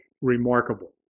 remarkable